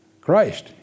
Christ